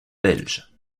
belges